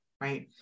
right